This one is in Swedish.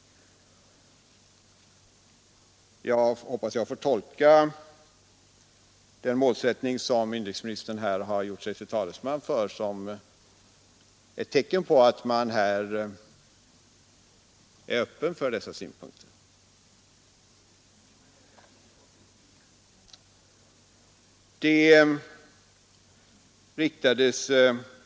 Jag hoppas jag får tolka den målsättning som inrikesministern här har gjort sig till talesman för såsom ett tecken på att han är öppen för dessa synpunkter!